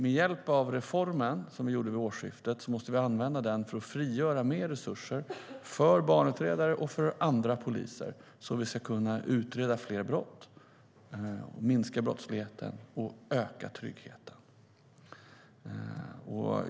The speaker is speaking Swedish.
Med hjälp av reformen som vi genomförde vid årsskiftet måste vi frigöra mer resurser för barnutredare och för andra poliser för att kunna utreda fler brott, minska brottsligheten och öka tryggheten.